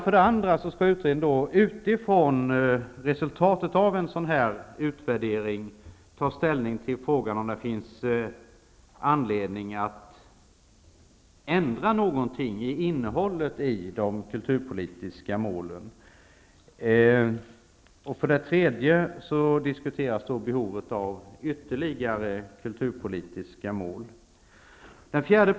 För det andra skall utredningen utifrån resultatet av en sådan här utvärdering ta ställning till frågan om det finns anledning att ändra någonting i innehållet i de kulturpolitiska målen. För det tredje skall behovet av ytterligare kulturpolitiska mål diskuteras.